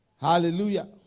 Hallelujah